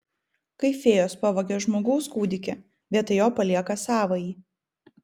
kai fėjos pavagia žmogaus kūdikį vietoj jo palieka savąjį